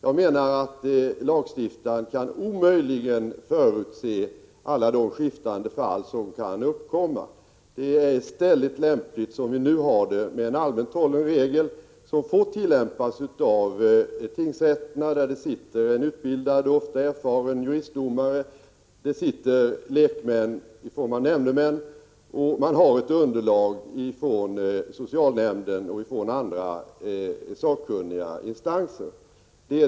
Jag menar att lagstiftaren omöjligt kan förutse alla de skiftande fall som kan uppkomma. Vad som nu gäller är bra, med en allmänt hållen regel som får tillämpas av tingsrätterna, där det sitter en utbildad och ofta erfaren juristdomare och lekmän i form av nämndemän, och där finns ett underlag från socialnämnden och andra sakkunniga instanser.